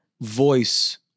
voice